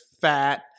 fat